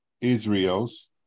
Israel's